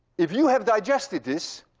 if you have digested this,